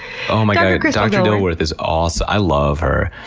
oh my god. dr dilworth is awesome. i love her.